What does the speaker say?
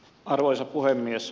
arvoisa puhemies